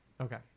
Okay